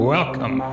Welcome